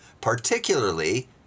particularly